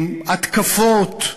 התקפות.